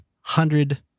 hundred